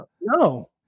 No